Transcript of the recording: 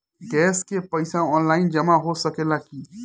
Gas के पइसा online जमा हो सकेला की?